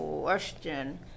question